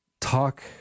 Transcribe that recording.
talk